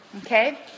Okay